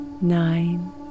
nine